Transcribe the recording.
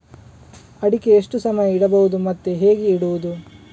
ಅಡಿಕೆ ಎಷ್ಟು ಸಮಯ ಇಡಬಹುದು ಮತ್ತೆ ಹೇಗೆ ಇಡುವುದು?